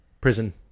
prison